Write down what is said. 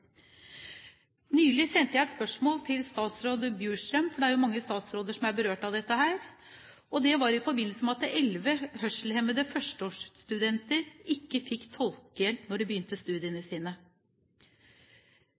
Nylig sendte jeg et spørsmål til statsråd Bjurstrøm – det er jo mange statsråder som er berørt av dette. Det var i forbindelse med at elleve hørselshemmede førsteårsstudenter ikke fikk tolkehjelp da de begynte studiene